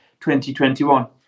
2021